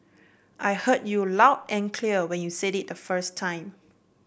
I heard you loud and clear when you said it the first time